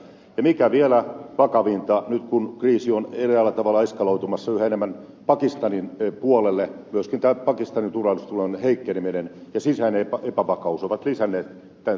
mikä vielä vakavinta nyt kun kriisi on eräällä tavalla eskaloitumassa yhä enemmän pakistanin puolelle myöskin pakistanin turvallisuustilanteen heikkeneminen ja sisäinen epävakaus ovat lisänneet kokonaistilanteen vakautta